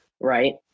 right